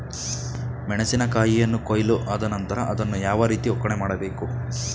ಮೆಣಸಿನ ಕಾಯಿಯನ್ನು ಕೊಯ್ಲು ಆದ ನಂತರ ಅದನ್ನು ಯಾವ ರೀತಿ ಒಕ್ಕಣೆ ಮಾಡಬೇಕು?